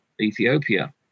Ethiopia